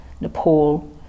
Nepal